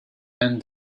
and